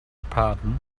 pardon